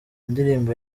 ndirimbo